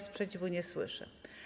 Sprzeciwu nie słyszę.